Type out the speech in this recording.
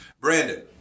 Brandon